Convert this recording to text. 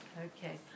Okay